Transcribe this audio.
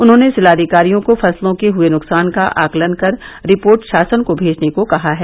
उन्होंने जिलाधिकारियों को फसलों को हुए नुकसान का आकलन कर रिपोर्ट शासन को भेजने को कहा है